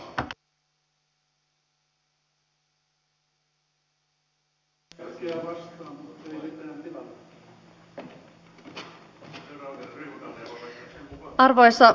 arvoisa puhemies